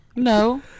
No